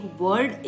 word